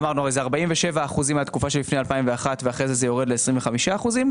אמרנו 47 אחוזים מהתקופה שלפני 2001 ואחר כך זה יורד ל-25 אחוזים.